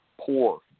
poor